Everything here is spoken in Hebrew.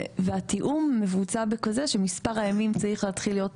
והתיאום מבוצע בכך שמספר הימים צריך להתחיל להיות